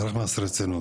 צריך מס רצינות,